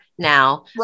now